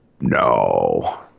No